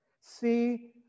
See